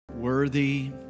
worthy